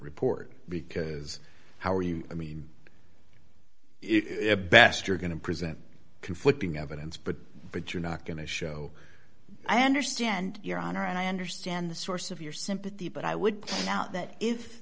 report because how are you i mean it best you're going to present conflicting evidence but but you're not going to show i understand your honor and i understand the source of your sympathy but i would doubt that if